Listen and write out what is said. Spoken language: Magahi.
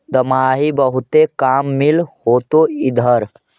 दमाहि बहुते काम मिल होतो इधर?